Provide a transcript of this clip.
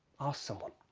ask someone.